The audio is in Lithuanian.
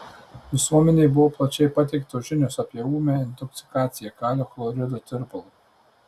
visuomenei buvo plačiai pateiktos žinios apie ūmią intoksikaciją kalio chlorido tirpalu